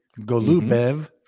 Golubev